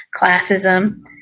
classism